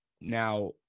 now